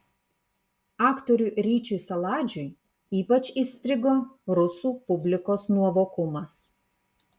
aktoriui ryčiui saladžiui ypač įstrigo rusų publikos nuovokumas